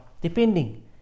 Depending